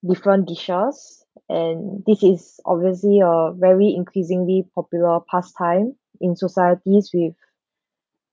different dishes and this is obviously a very increasingly popular pastime in societies with